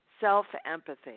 self-empathy